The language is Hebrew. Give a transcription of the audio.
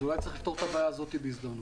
אז אולי צריך לפתור את הבעיה הזאת בהזדמנות.